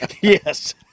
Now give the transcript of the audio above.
Yes